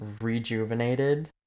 rejuvenated